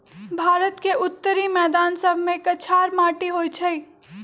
भारत के उत्तरी मैदान सभमें कछार माटि होइ छइ